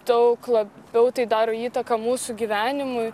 daug labiau tai daro įtaką mūsų gyvenimui